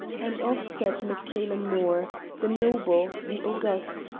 and off set mac-cailen mor, the noble, the august,